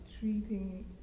treating